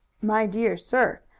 my dear sir,